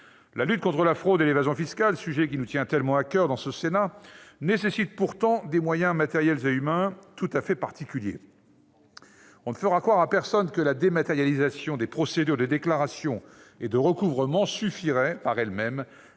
La lutte contre la fraude et l'évasion fiscales, sujet qui nous tient particulièrement à coeur au Sénat, nécessite pourtant des moyens matériels et humains tout à fait particuliers. On ne fera croire à personne que la dématérialisation des procédures de déclaration et de recouvrement suffirait, par elle-même,